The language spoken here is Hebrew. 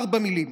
ארבע מילים: